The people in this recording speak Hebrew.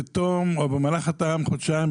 במהלך אותם חודשיים,